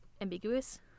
ambiguous